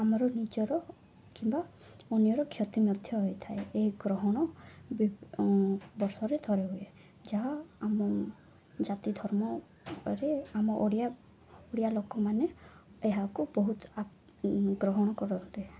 ଆମର ନିଜର କିମ୍ବା ଅନ୍ୟର କ୍ଷତି ମଧ୍ୟ ହୋଇଥାଏ ଏ ଗ୍ରହଣ ବର୍ଷରେ ଥରେ ହୁଏ ଯାହା ଆମ ଜାତି ଧର୍ମରେ ଆମ ଓଡ଼ିଆ ଓଡ଼ିଆ ଲୋକମାନେ ଏହାକୁ ବହୁତ ଗ୍ରହଣ କରନ୍ତେ